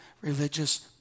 religious